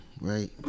right